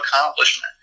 accomplishment